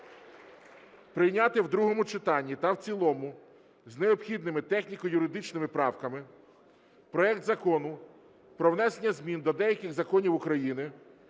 прийняти в другому читання та в цілому з необхідними техніко-юридичними правками проект Закону про внесення змін до деяких законів України